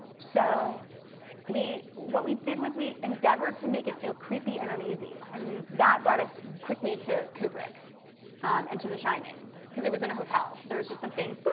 so what we did was we endeavored to make it feel creepy and uneasy. and that brought us quickly to kubrick and to the shining because it was in a hotel. there was just something, boop,